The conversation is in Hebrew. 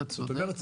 אתה צודק.